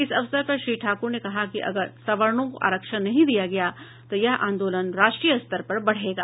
इस अवसर पर श्री ठाकुर ने कहा कि अगर सवर्णों को आरक्षण नहीं दिया गया तो यह आंदोलन राष्ट्रीय स्तर पर बढ़ेगा